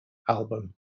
album